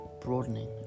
broadening